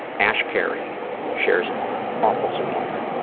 ashcary shares an awfulsome moment.